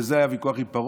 וזה היה הוויכוח עם פרעה,